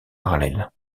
parallèle